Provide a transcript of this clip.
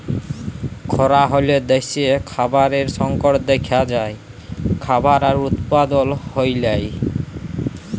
খরা হ্যলে দ্যাশে খাবারের সংকট দ্যাখা যায়, খাবার আর উৎপাদল হ্যয় লায়